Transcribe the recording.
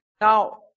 Now